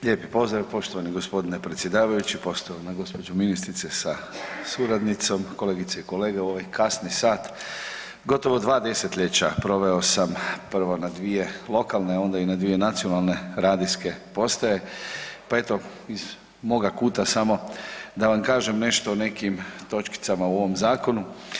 Lijep pozdrav poštovani gospodine predsjedavajući, poštovana gospođo ministrice sa suradnicom, kolegice i kolege u ovaj kasni sat gotovo 2 desetljeća proveo sam prvo na 2 lokalne, onda i na 2 nacionalne radijske postaje, pa eto iz moga kuta samo da vam kažem nešto o nekim točkicama u ovom zakonu.